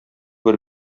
бер